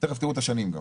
תיכף תראו את השנים גם.